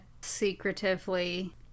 secretively